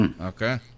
okay